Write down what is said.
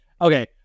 okay